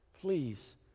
please